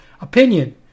Opinion